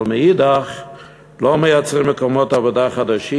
אבל מאידך לא מייצרים מקומות עבודה חדשים